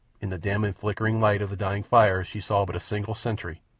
in the dim and flickering light of the dying fires she saw but a single sentry,